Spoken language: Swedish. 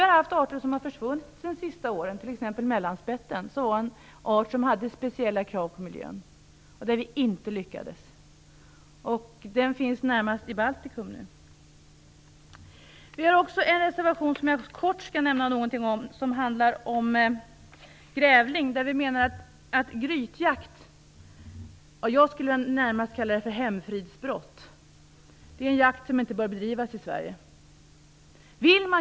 Det finns arter som har försvunnit under de senaste åren, t.ex. mellanspetten. Den arten hade speciella krav på miljön. Vi lyckades inte rädda den. Nu finns den närmast i Baltikum. Miljöpartiet har ytterligare en reservation som jag kort skall beröra. Den handlar om grävling. Vi menar att grytjakt - jag skulle vilja kalla det för hemfridsbrott - är en form av jakt som inte bör bedrivas i Sverige.